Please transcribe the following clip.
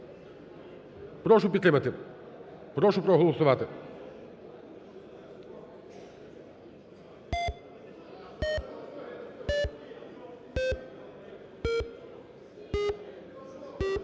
Прошу підтримати., прошу проголосувати.